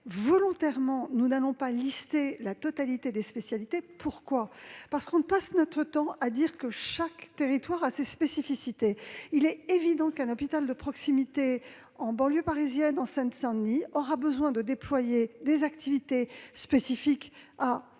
C'est volontairement que nous ne listons pas la totalité des spécialités. Pourquoi ? Parce que nous passons notre temps à dire que chaque territoire a ses spécificités. Oui ! Il est évident qu'un hôpital de proximité en banlieue parisienne, en Seine-Saint-Denis par exemple, aura besoin de déployer des activités spécifiques à